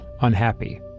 unhappy